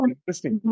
Interesting